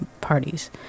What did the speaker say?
parties